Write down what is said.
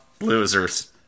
losers